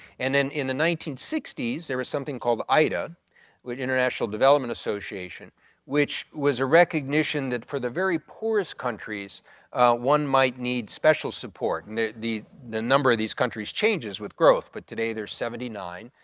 and then in the nineteen sixty s, there was something called ida the international development association which was a recognition that for the very poorest countries one might need special support. and the the number of these countries changes with growth but today there are seventy nine,